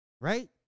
right